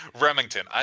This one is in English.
Remington